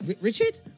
Richard